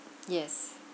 yes